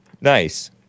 Nice